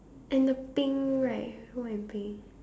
and the pink right roll and bay